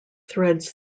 threads